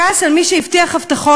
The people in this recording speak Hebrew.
כעס על מי שהבטיח הבטחות,